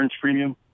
premium